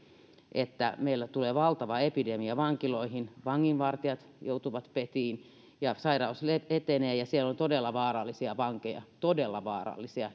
että meillä tulee valtava epidemia vankiloihin vanginvartijat joutuvat petiin ja sairaus etenee ja siellä on todella vaarallisia vankeja todella vaarallisia